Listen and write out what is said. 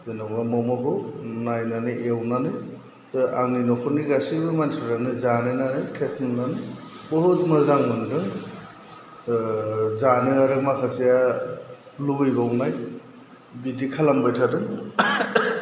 जेन'बा मम'खौ नायनानै एवनानै आंनि नखरनि गासैबो मानसिफ्रानाे जादाें आरो थेस्ट मोननानै बुहुथ मोजां मोनदों जानो आरो माखासेया लुबैबावनाय बिदि खालामबाय थादों